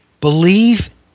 Believe